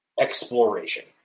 exploration